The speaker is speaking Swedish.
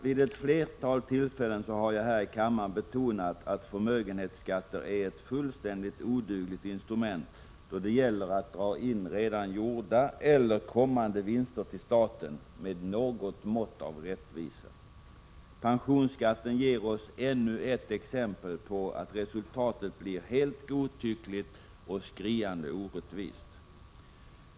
Vid ett flertal tillfällen har jag här i kammaren betonat att förmögenhetsskatter är ett fullständigt odugligt instrument då det gäller att med något mått av rättvisa dra in redan gjorda eller kommande vinster till staten. Pensionsskatten ger oss ännu ett exempel på att resultatet blir helt godtyckligt och skriande orättvist.